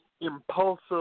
impulsive